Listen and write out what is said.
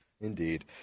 Indeed